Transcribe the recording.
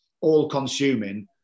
all-consuming